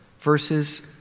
Verses